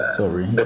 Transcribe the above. sorry